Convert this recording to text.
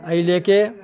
एहि लेके